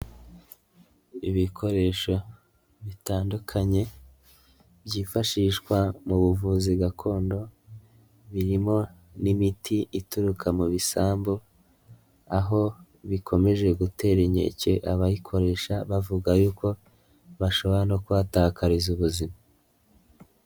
Ibikoresho bitandukanye byifashishwa mu buvuzi gakondo birimo n'imiti ituruka mu bisambu aho bikomeje gutera inkeke abayikoresha bavuga y'uko bashobora no kuhatakariza ubuzima.